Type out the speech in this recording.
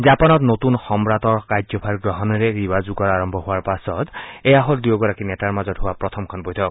জাপানত নতুন সম্ৰাটে কাৰ্য্যভাৰ গ্ৰহণেৰে ৰীৱা যুগৰ আৰম্ভ হোৱাৰ পাছত এয়া হ'ল দুয়োগৰাকী নেতাৰ মাজত হোৱা প্ৰথমখন বৈঠক